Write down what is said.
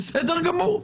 בסדר גמור.